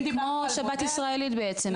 אם דיברתי על מודל --- כמו שבת ישראלית בעצם,